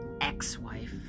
Ex-wife